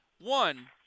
One